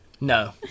No